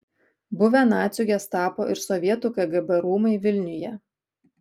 buvę nacių gestapo ir sovietų kgb rūmai vilniuje